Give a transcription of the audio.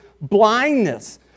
blindness